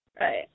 Right